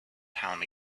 town